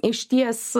iš ties